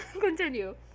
Continue